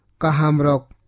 kahamrok